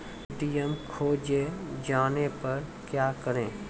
ATM खोजे जाने पर क्या करें?